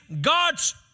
God's